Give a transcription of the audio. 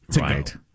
Right